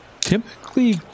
typically